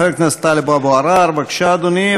חבר הכנסת טלב אבו עראר, בבקשה, אדוני.